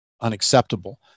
unacceptable